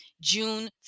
June